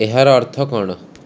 ଏହାର ଅର୍ଥ କ'ଣ